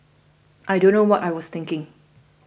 I don't know what I was thinking